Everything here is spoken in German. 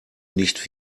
nicht